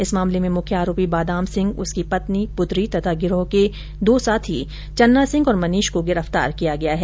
इस मामले में मुख्य आरोपी बादाम सिंह उसकी पत्नी पुत्री तथा गिरोह के दो साथी चन्ना सिंह और मनीष को गिरफ्तार किया गया हैं